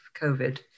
COVID